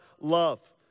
love